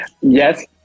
Yes